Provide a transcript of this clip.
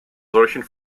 solchen